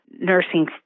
nursing